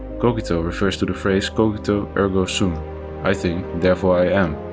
cogito refers to the phrase cogito, ergo sum i think, therefore i am.